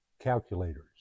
calculators